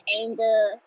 anger